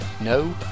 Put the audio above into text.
no